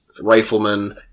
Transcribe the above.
Riflemen